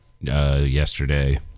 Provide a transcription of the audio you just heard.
yesterday